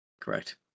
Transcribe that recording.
Correct